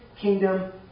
kingdom